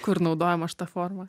kur naudojama šita forma